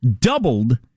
doubled